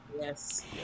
Yes